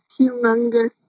humongous